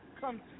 come